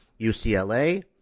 UCLA